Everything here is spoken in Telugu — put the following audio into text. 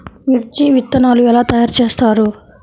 మిర్చి విత్తనాలు ఎలా తయారు చేస్తారు?